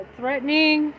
threatening